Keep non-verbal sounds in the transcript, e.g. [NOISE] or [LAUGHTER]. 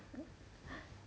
[LAUGHS]